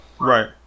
right